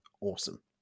awesome